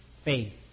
faith